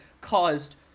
caused